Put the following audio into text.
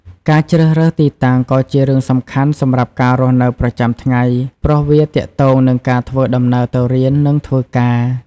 ការជ្រើសរើសទីតាំងក៏ជារឿងសំខាន់សម្រាប់ការរស់នៅប្រចាំថ្ងៃ ព្រោះវាទាក់ទងនឹងការធ្វើដំណើរទៅរៀន និងធ្វើការ។